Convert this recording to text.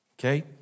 Okay